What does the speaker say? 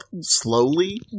slowly